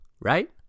right